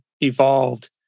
evolved